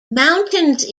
mountains